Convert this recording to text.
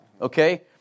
Okay